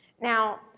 Now